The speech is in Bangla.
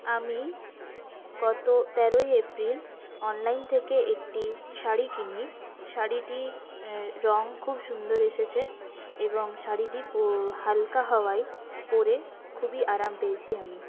আমি গত তেরোই এপ্রিল অনলাইন থেকে একটি শাড়ি কিনি শাড়িটি রঙ খুব সুন্দর এসেছে এবং শাড়িটি হাল্কা হওয়ায় পরে খুবই আরাম পেয়েছি আমি